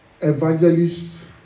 evangelists